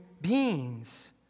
beings